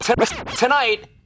Tonight